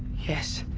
his